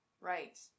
Right